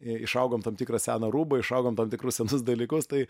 išaugom tam tikrą seną rūbą išaugom tam tikrus senus dalykus tai